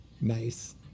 Nice